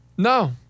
No